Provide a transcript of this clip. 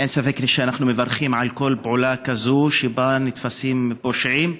אין ספק שאנחנו מברכים על כל פעולה כזאת שבה נתפסים פושעים,